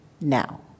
now